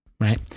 right